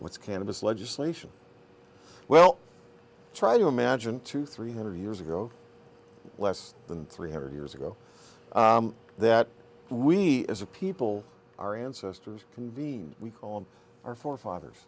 what's cannabis legislation well try to imagine two three hundred years ago less than three hundred years ago that we as a people our ancestors convene we call our forefathers